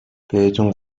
بهتون